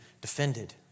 defended